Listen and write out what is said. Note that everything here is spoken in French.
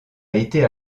été